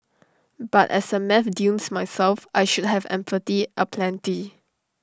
but as A maths dunce myself I should have empathy aplenty